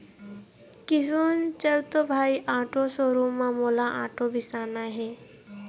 किसुन चल तो भाई आटो शोरूम म मोला आटो बिसाना हे